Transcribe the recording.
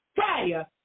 fire